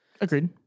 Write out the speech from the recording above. agreed